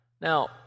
Now